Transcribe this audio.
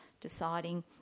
deciding